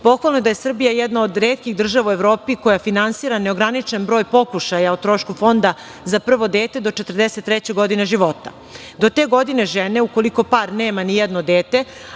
je da je Srbija jedna od retkih država u Evropi koja finansira neograničen broj pokušaja o trošku fonda za prvo dete do 43 godine života. Do te godine žene, ukoliko par nema nijedno dete,